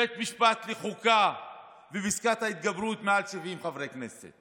בית משפט לחוקה ופסקת התגברות ברוב של מעל 70 חברי כנסת.